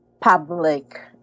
public